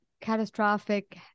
catastrophic